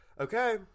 Okay